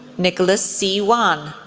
nicholas see wan,